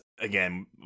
again